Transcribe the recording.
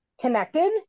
connected